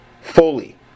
fully